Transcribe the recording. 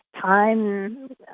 time